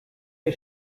der